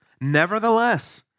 Nevertheless